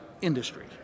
industry